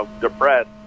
depressed